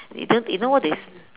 and then you know what they